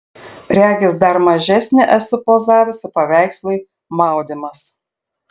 regis dar mažesnė esu pozavusi paveikslui maudymas